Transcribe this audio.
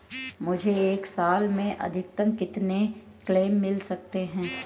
मुझे एक साल में अधिकतम कितने क्लेम मिल सकते हैं?